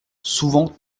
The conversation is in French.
souvent